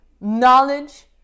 knowledge